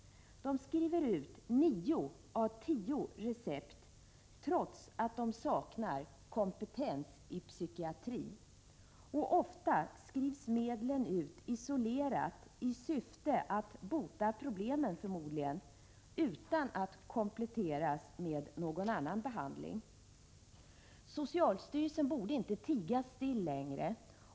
De skriver ut nio av tio recept, trots att de saknar kompetens i psykiatri. Ofta skrivs medlen ut isolerat, förmodligen i syfte att bota problemen, utan att de kompletteras med annan behandling. Socialstyrelsen borde inte tiga still längre.